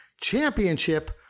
Championship